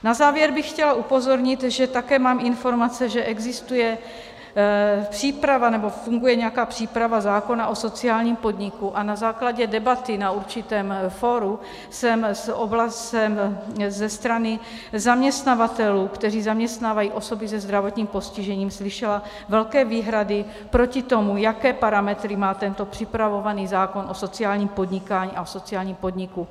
Na závěr bych chtěla upozornit, že také mám informace, že existuje příprava, nebo funguje nějaká příprava zákona o sociálním podniku a na základě debaty na určitém fóru jsem ze strany zaměstnavatelů, kteří zaměstnávají osoby se zdravotním postižením, slyšela velké výhrady proti tomu, jaké parametry má tento připravovaný zákon o sociálním podnikání a o sociálním podniku.